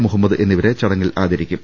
മുഹ മ്മദ് എന്നിവരെ ചടങ്ങിൽ ആദരിക്കും